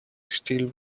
steel